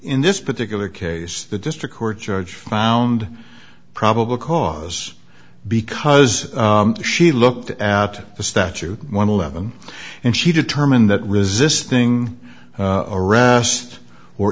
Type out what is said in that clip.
in this particular case the district court judge found probable cause because she looked at the statute one eleven and she determined that resisting arrest or